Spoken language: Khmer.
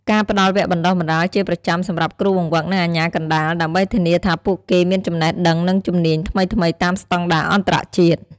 ការផ្តល់វគ្គបណ្តុះបណ្តាលជាប្រចាំសម្រាប់គ្រូបង្វឹក និងអាជ្ញាកណ្តាល ដើម្បីធានាថាពួកគេមានចំណេះដឹង និងជំនាញថ្មីៗតាមស្តង់ដារអន្តរជាតិ។